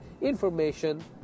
information